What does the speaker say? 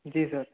जी sir